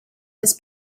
his